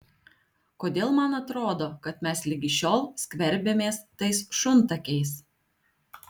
kodėl man atrodo kad mes ligi šiol skverbiamės tais šuntakiais